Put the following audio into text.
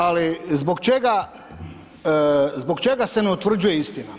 Ali zbog čega se ne utvrđuje istina?